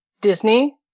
Disney